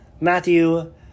Matthew